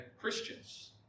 Christians